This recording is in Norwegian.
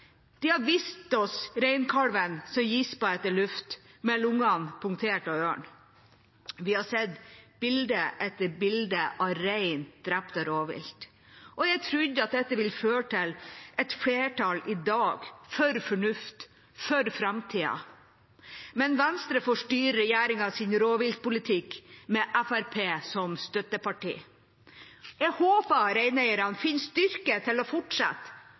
De har vist oss reinkalven som gisper etter luft, med lungene punktert av ørn. Vi har sett bilde etter bilde av rein drept av rovvilt. Jeg trodde at dette ville føre til flertall i dag for fornuft, for framtida. Men Venstre får styre regjeringas rovviltpolitikk, med Fremskrittspartiet som støtteparti. Jeg håper reineierne finner styrke til å fortsette.